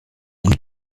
und